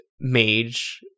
mage